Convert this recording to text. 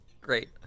Great